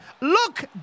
Look